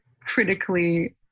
critically